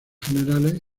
generales